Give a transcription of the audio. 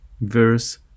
verse